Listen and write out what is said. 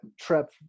trip